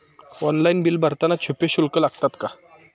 Online bill भरताना छुपे शुल्क लागतात का?